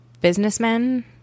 businessmen